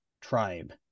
tribe